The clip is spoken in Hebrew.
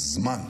זמן.